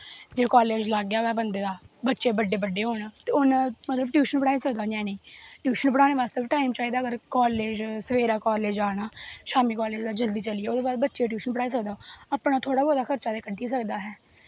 जे college लाग्गै होऐ बंदे दा बच्चे बड्डे बड्डे होन ते टयूशन पढ़ाई सकदा ञ्यानें गी टयूशन पढ़ाने आस्तै बी टैम चाहिदा अगर सवेरै कालेज जाना शामीं कालेज दे जल्दी चली जाओ शामीं बच्चोें गी टयूशन पढ़ाई सकदा अपना थोह्ड़ा मता खर्चा ते कड्ढी सकदा ऐ